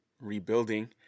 rebuilding